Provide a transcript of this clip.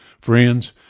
Friends